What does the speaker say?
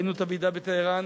ראינו את הוועידה בטהרן,